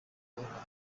barebare